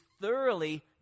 thoroughly